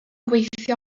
gweithio